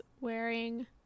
wearing